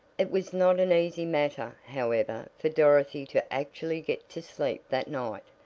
it was not an easy matter, however, for dorothy to actually get to sleep that night.